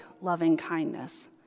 loving-kindness